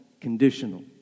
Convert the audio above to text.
conditional